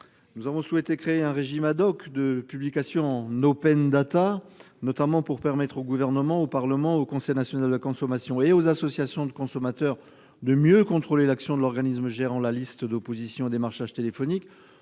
Nous avons souhaité créer un régime de publication en, afin notamment de permettre au Gouvernement, au Parlement, au Conseil national de la consommation et aux associations de consommateurs de mieux contrôler l'action de l'organisme gérant la liste d'opposition au démarchage téléphonique.